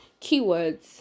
keywords